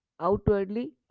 outwardly